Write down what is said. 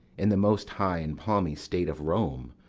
in the most high and palmy state of rome,